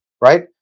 right